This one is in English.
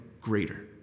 greater